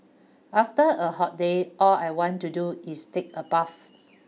after a hot day all I want to do is take a bath